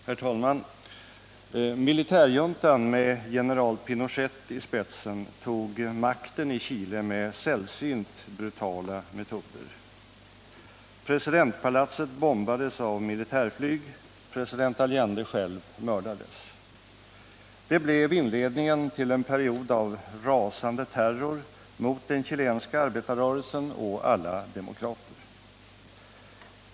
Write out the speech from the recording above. Herr talman! Militärjuntan med general Pinochet i spetsen tog makten i Chile med sällsynt brutala metoder. Presidentpalatset bombades av militärflyg, president Allende själv mördades. Det blev inledningen till en period av rasande terror mot den chilenska arbetarrörelsen och alla demokrater.